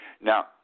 Now